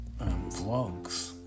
vlogs